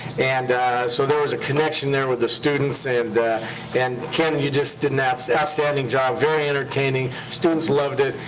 and so there was a connection there with the students. and and ken, you just did an ah outstanding job. very entertaining. students loved it,